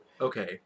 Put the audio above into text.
okay